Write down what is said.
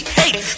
hate